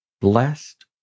Blessed